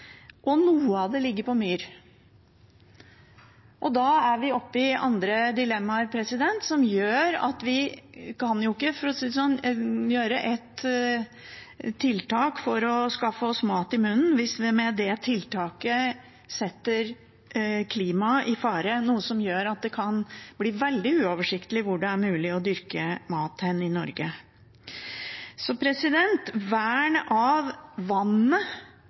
myr. Da er vi oppi andre dilemmaer, som gjør at vi ikke kan gjøre ett tiltak for å skaffe oss mat i munnen hvis vi med det tiltaket setter klimaet i fare, noe som gjør at det kan bli veldig uoversiktlig hvor det er mulig å dyrke mat i Norge. Vern av vannet, enten det er i havet eller i ferskvannskildene våre, og vern av